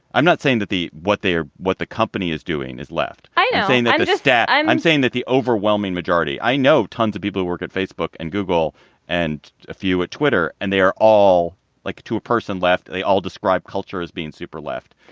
i'm not saying that the what they are what the company is doing is left. i'm not saying just that. i'm i'm saying that the overwhelming majority i know tons of people who work at facebook and google and a few at twitter and they are all like to a person left. they all describe culture as being super left.